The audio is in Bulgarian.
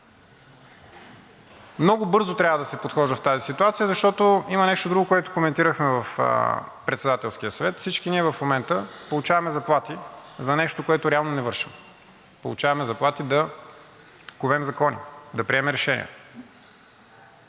Много бързо трябва да се подхожда в тази ситуация, защото има нещо друго, което коментирахме на Председателския съвет. Всички ние в момента получаваме заплати за нещо, което реално не вършим. Получаваме заплати да ковем закони, да приемаме решения.